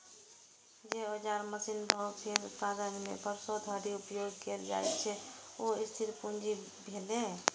जे औजार, मशीन, भवन केर उत्पादन मे वर्षों धरि उपयोग कैल जाइ छै, ओ स्थिर पूंजी भेलै